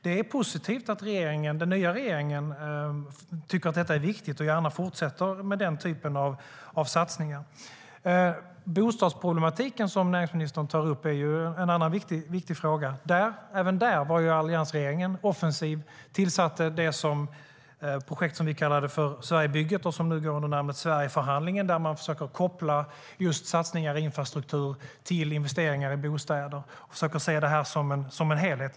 Det är positivt att den nya regeringen tycker att detta är viktigt och gärna fortsätter med den typen av satsningar. Bostadsproblematiken som näringsministern tar upp är en annan viktig fråga. Även där var alliansregeringen offensiv och tillsatte projektet Sverigebygget, som nu går under namnet Sverigeförhandlingen. Där försöker man koppla satsningar på infrastruktur till investeringar i bostäder och se det som en helhet.